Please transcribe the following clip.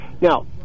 Now